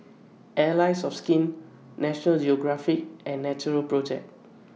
Allies of Skin National Geographic and Natural Project